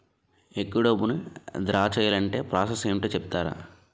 ఎక్కువ డబ్బును ద్రా చేయాలి అంటే ప్రాస సస్ ఏమిటో చెప్తారా?